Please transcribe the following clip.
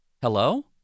Hello